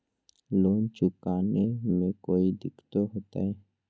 Loan चुकाने में कोई दिक्कतों होते?